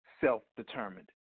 Self-determined